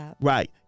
Right